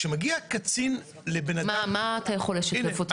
כשמגיע קצין --- מה אתה יכול לשתף אותנו